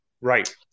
Right